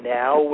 now